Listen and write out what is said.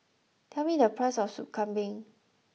tell me the price of sop kambing